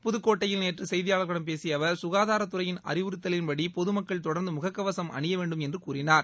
புதுக்கோட்டையில் நேற்று செய்தியாளர்களிடம் பேசிய அவர் சுகாதாரத்துறையின் அறிவுறுத்தலின்படி பொதுமக்கள் தொடர்ந்து முகக்கவசம் அணிய வேண்டும் என்று கூறினார்